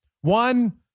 one